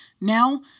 Now